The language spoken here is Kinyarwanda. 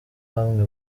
bamwe